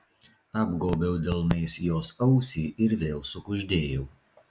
apgobiau delnais jos ausį ir vėl sukuždėjau